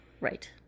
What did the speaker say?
Right